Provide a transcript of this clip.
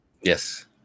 Yes